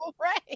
right